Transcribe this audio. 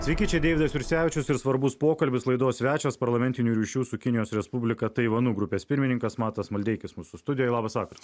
sveiki čia deividas jursevičius ir svarbus pokalbis laidos svečias parlamentinių ryšių su kinijos respublika taivanu grupės pirmininkas matas maldeikis mūsų studijoj labas vakaras